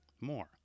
more